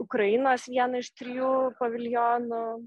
ukrainos vieną iš trijų paviljonų